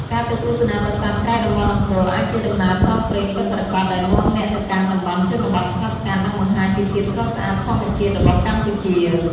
ការទៅទស្សនាប្រាសាទក្រៅតំបន់អង្គរអាចជាដំណើរផ្សងព្រេងពិតប្រាកដ ដែលនាំអ្នកទៅកាន់តំបន់ជនបទស្ងប់ស្ងាត់ និងបង្ហាញពីភាពស្រស់ស្អាតធម្មជាតិរបស់កម្ពុជា។